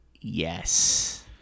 yes